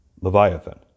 Leviathan